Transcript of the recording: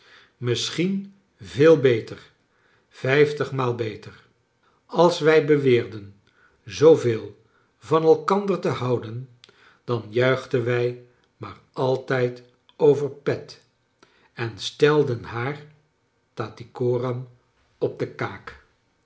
misschien veel beter vijftig maal beter als wij beweerden zoo veel van elkander te houden dan juichten wij maar altijd over pet en stelden haar tattycoram op de kaak